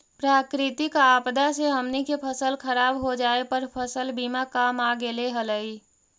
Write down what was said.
प्राकृतिक आपदा से हमनी के फसल खराब हो जाए पर फसल बीमा काम आ गेले हलई